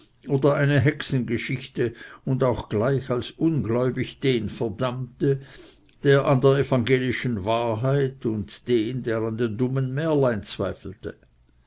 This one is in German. oder eine hexengeschichte und auch gleich als ungläubig den verdammte der an der evangelischen wahrheit und den der an den dummen mährlein zweifelte